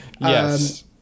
yes